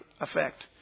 effect